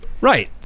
right